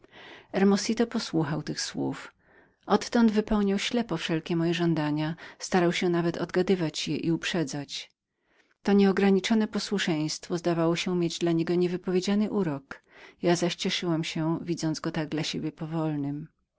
domu hermosito posłuchał tych słów odtąd ślepo wypełniał wszelkie moje żądania starał się nawet odgadywać je i uprzedzać to nieograniczone posłuszeństwo zdawało się mieć dla niego niewypowiedziany urok ja zaś cieszyłam się widząc go tak dla siebie powolnym